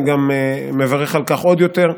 אני מברך על כך עוד יותר.